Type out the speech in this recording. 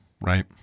Right